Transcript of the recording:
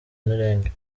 mirenge